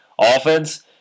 offense